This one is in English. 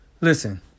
Listen